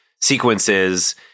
sequences